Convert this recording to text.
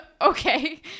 Okay